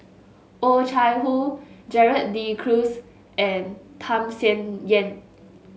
Oh Chai Hoo Gerald De Cruz and Tham Sien Yen